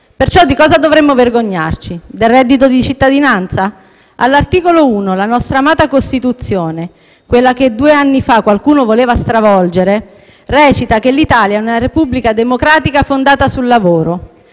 Perciò di cosa dovremmo vergognarci? Del reddito di cittadinanza? All'articolo 1 la nostra amata Costituzione, quella che due anni fa qualcuno voleva stravolgere, recita che «l'Italia è una Repubblica democratica, fondata sul lavoro».